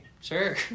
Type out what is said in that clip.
sure